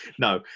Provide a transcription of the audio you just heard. No